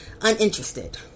uninterested